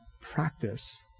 practice